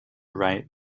write